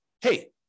hey